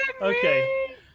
Okay